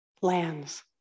lands